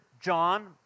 John